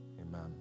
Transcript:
amen